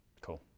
cool